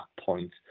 point